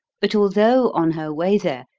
but although, on her way there,